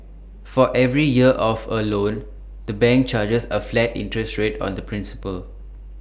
for every year of A loan the bank charges A flat interest rate on the principal